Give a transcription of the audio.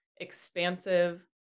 expansive